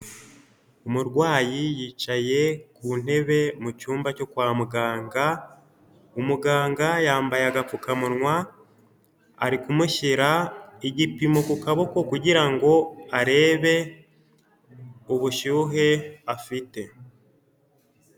Umurwayi yicaye ku ntebe mu cyumba cyo kwa muganga, umuganga yambaye agapfukamunwa, ari kumushyira igipimo ku kuboko kugira ngo arebe ubushyuhe afite.